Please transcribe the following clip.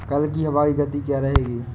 कल की हवा की गति क्या रहेगी?